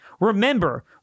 Remember